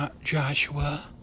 Joshua